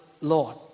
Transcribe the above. Lord